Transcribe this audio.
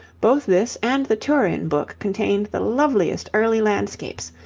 both this and the turin book contained the loveliest early landscapes,